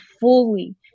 fully